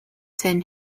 ten